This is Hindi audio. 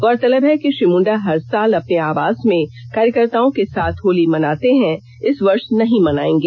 गौरतलब है कि श्री मुंडा हर साल अपने आवास में कार्यकर्ताओं के साथ होली मनाते हैं इस वर्ष नहीं मनाएंगे